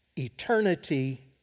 Eternity